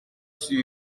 sur